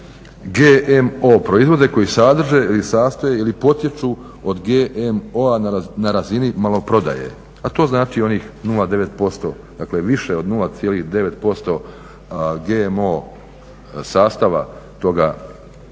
GMO proizvode koji sadrže ili sastoje ili potječu od GMO na razini maloprodaje a to znači onih 0,9% više od 0,9% GMO sastava toga sjemena